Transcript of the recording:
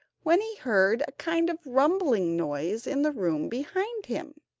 when he heard a kind of rumbling noise in the room behind him.